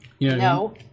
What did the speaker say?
No